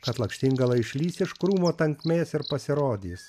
kad lakštingala išlįs iš krūmų tankmės ir pasirodys